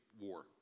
war